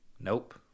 Nope